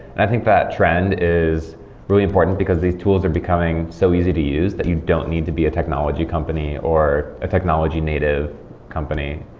i think that trend is really important, because these tools are becoming so easy to use that you don't need to be a technology company, or a technology-native company,